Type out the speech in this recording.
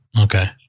Okay